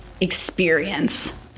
experience